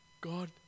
God